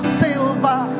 silver